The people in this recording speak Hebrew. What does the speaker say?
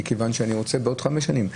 מכיוון שאני רוצה בעוד חמש שנים.